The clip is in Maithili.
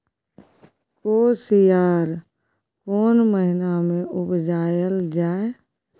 कोसयार कोन महिना मे उपजायल जाय?